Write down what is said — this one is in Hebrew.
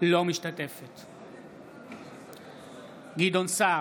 אינה משתתפת בהצבעה גדעון סער,